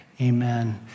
Amen